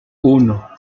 uno